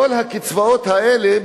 בכל הקצבאות האלה,